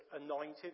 anointed